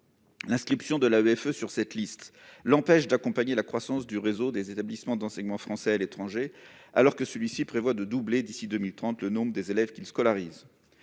L'inscription de l'AEFE sur cette liste l'empêche d'accompagner la croissance du réseau des établissements d'enseignement français à l'étranger, alors que celui-ci prévoit de doubler le nombre des élèves qu'il scolarise